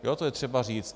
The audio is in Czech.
To je třeba říct.